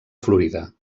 florida